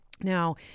Now